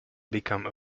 become